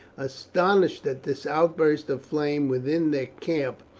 astonished at this outburst of flame within their camp,